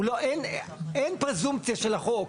אין חזקה של החוק,